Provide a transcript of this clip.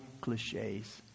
cliches